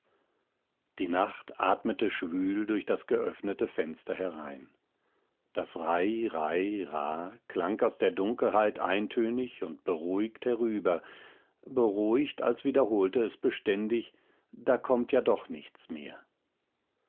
die nacht atmete schwül durch das geöffnete fenster herein das rai rai rah klang aus der dunkelheit eintönig und beruhigt herüber beruhigt als wiederholte es beständig es kommt ja doch nichts mehr